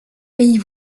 pays